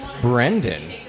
Brendan